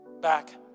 back